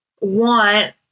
want